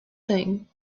thing